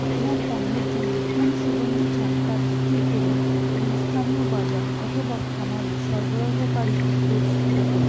আপনার পণ্যের জন্য কোন সুগন্ধি চান তা স্থির করুন এবং স্থানীয় বাজার অথবা খামারে সরবরাহকারীদের খোঁজ শুরু করুন